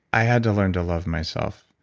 i had to learn to love myself.